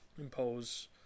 impose